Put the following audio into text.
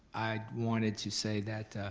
i wanted to say that